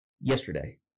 yesterday